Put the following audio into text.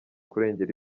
kurengera